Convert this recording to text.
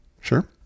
Sure